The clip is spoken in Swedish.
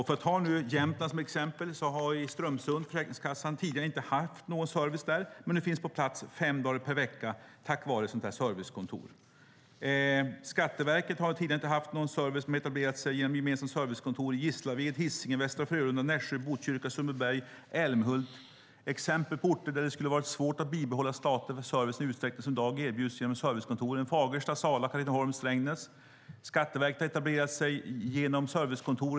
För att ta Jämtland som exempel har Försäkringskassan tidigare inte haft någon service i Strömsund men finns nu på plats fem dagar per vecka tack vare ett servicekontor. Skatteverket har tidigare inte haft någon service på Hisingen eller i Gislaved, Västra Frölunda, Nässjö, Botkyrka, Sundbyberg och Älmhult men har nu etablerat sig där i form av ett gemensamt servicekontor. Detta är exempel på orter där det hade varit svårt att bibehålla statlig service i den utsträckning som i dag erbjuds genom servicekontoren. I Fagersta, Sala, Katrineholm, Strängnäs har Skatteverket etablerat sig genom servicekontor.